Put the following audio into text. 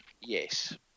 Yes